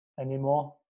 anymore